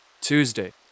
Tuesday